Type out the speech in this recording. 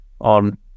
on